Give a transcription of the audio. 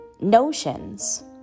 notions